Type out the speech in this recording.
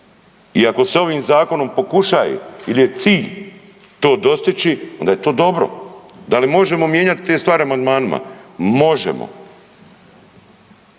I ako se ovim Zakonom pokušaje, ili je cilj to dostići onda je to dobro. Da li možemo mijenjati te stvari amandmanima? Možemo.